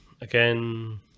again